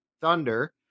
thunder